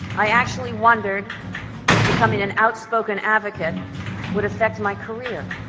i actually wondered if becoming an outspoken advocate would affect my career.